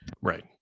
Right